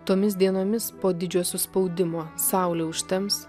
tomis dienomis po didžio suspaudimo saulė užtems